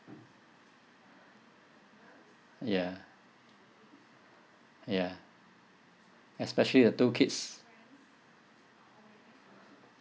ya ya especially the two kids